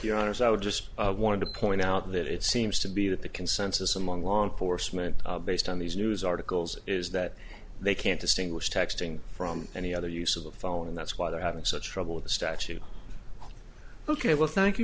your honour's i would just wanted to point out that it seems to be that the consensus among law enforcement based on these news articles is that they can't distinguish texting from any other use of the phone and that's why they're having such trouble with the statue ok well thank you